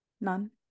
None